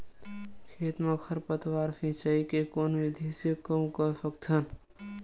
खेत म खरपतवार सिंचाई के कोन विधि से कम कर सकथन?